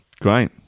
Great